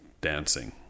dancing